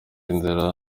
inzira